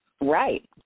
Right